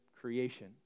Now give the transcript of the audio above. creation